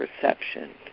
perception